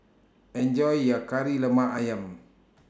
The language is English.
Enjoy your Kari Lemak Ayam